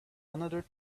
another